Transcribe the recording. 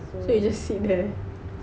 so you just sit there